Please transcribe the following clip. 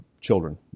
children